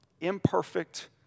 imperfect